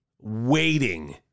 waiting